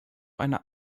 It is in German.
einer